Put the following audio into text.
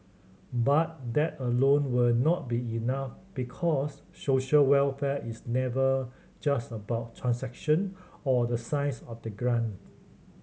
but that alone will not be enough because social welfare is never just about transaction or the size of the grant